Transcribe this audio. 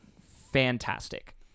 fantastic